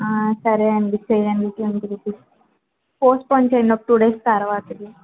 సరే అండీ చేయండి ట్వంటీ రుపీస్ పోస్ట్ పోన్ చేయండి ఒక టూ డేస్ తర్వాతకి